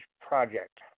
project